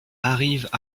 arrivent